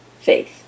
faith